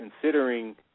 considering